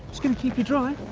it's gonna keep you dry?